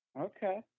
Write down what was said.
Okay